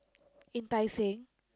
in Tai Seng